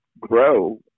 grow